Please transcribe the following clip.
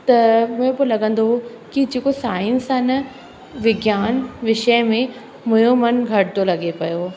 त उहे पोइ लॻंदो हुओ की जेको साइंस आहे न विज्ञान विषय में मुंहिंजो मनु घटि थो लॻे पियो